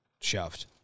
shoved